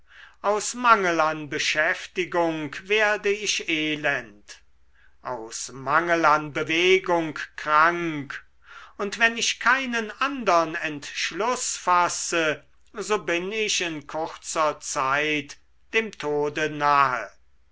aus mangel an beschäftigung werde ich elend aus mangel an bewegung krank und wenn ich keinen andern entschluß fasse so bin ich in kurzer zeit dem tode nahe